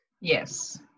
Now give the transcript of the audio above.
Yes